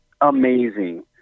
amazing